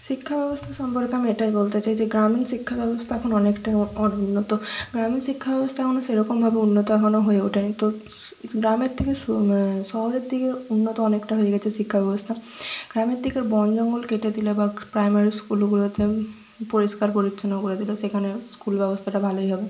শিক্ষাব্যবস্থা সম্পর্কে আমি এটাই বলতে চাই যে গ্রামীণ শিক্ষাব্যবস্থা এখন অনেকটাই অনুন্নত গ্রামীণ শিক্ষাব্যবস্থা এখনো সেরকমভাবে উন্নত এখনো হয়ে ওঠেনি তো গ্রামের থেকেও শহরের দিকে উন্নত অনেকটা হয়ে গেছে শিক্ষাব্যবস্থা গ্রামের দিকের বন জঙ্গল কেটে দিলে বা প্রাইমারি স্কুলগুলোতে পরিষ্কার পরিচ্ছন্ন করে দিলে সেখানে স্কুল ব্যবস্থাটা ভালোই হবে